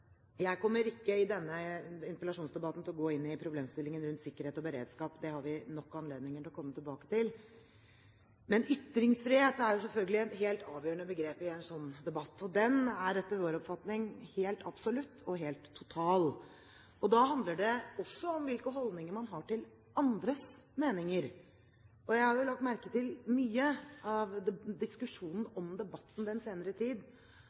Jeg kommer ikke i denne interpellasjonsdebatten til å gå inn i problemstillingen rundt sikkerhet og beredskap, det har vi nok anledninger til å komme tilbake til. Men ytringsfrihet er selvfølgelig et helt avgjørende begrep i en sånn debatt og er etter vår oppfatning helt absolutt og helt total. Da handler det også om hvilke holdninger man har til andres meninger. Jeg har lagt merke til at mye av diskusjonen om debatten den senere tid